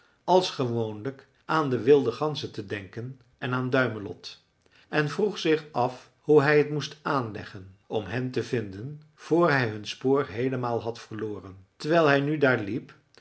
als gewoonlijk aan de wilde ganzen te denken en aan duimelot en vroeg zich af hoe hij t moest aanleggen om hen te vinden vr hij hun spoor heelemaal had verloren terwijl hij nu daar liep